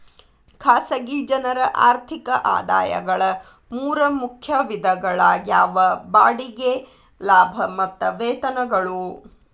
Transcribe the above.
ಖಾಸಗಿ ಜನರ ಆರ್ಥಿಕ ಆದಾಯಗಳ ಮೂರ ಮುಖ್ಯ ವಿಧಗಳಾಗ್ಯಾವ ಬಾಡಿಗೆ ಲಾಭ ಮತ್ತ ವೇತನಗಳು